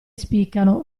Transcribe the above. spiccano